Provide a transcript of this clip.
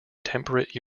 temperate